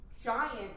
giant